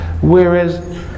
Whereas